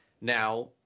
Now